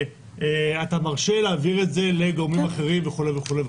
אתה מרשה להעביר את זה לגורמים אחרים וכו' וכו'.